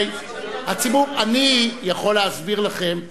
הרי אני יכול להסביר לכם.